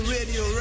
Radio